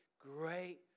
Great